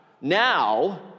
Now